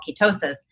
ketosis